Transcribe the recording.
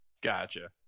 gotcha